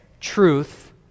truth